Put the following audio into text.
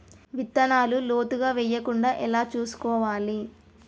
విత్తనాలు లోతుగా వెయ్యకుండా ఎలా చూసుకోవాలి?